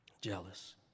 Jealous